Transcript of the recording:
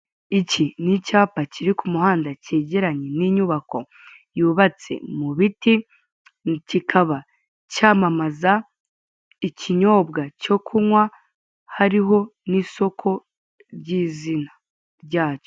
Iki ni icyapa kiri ku muhanda cyegeranye n'inyubako yubatse mu biti, kikaba cyamamaza ikinyobwa cyo kunywa hariho n'isoko ry'izina ryacyo.